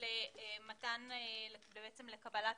לקבלת